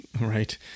right